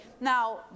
Now